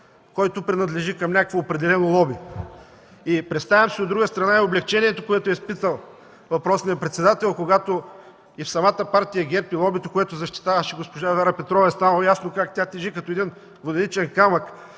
ГЕРБ, принадлежащ към някакво определено лоби. Представям си от друга страна и облекчението, което е изпитал въпросният председател, когато в самата партия ГЕРБ и лобито, което защитаваше госпожа Вяра Петрова, е станало ясно как тя тежи като воденичен камък